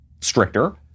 stricter